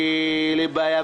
לבעיה.